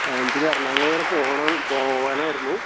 എനിക്ക് ഇത് ഏറണാകുളം വരെ പോവണം പോവാനായിരുന്നു